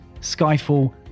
Skyfall